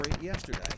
yesterday